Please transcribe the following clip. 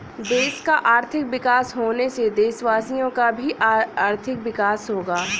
देश का आर्थिक विकास होने से देशवासियों का भी आर्थिक विकास होगा